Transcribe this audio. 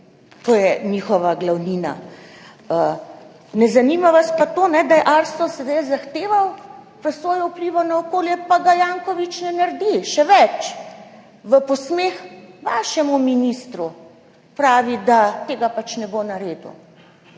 to je njihova glavnina. Ne zanima vas pa to, da je ARSO sedaj zahteval presojo vplivov na okolje, pa je Janković ne naredi. Še več, v posmeh vašemu ministru pravi, da tega pač ne bo naredil.